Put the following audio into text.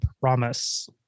promise